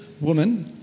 woman